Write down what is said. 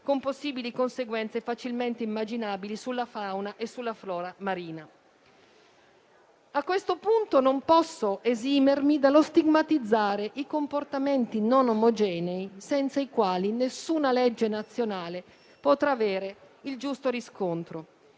fondo, con conseguenze facilmente immaginabili sulla fauna e sulla flora marine. A questo punto non posso esimermi dallo stigmatizzare i comportamenti non omogenei senza i quali nessuna legge nazionale potrà avere il giusto riscontro.